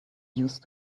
used